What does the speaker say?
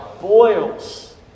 boils